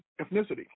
ethnicity